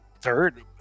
third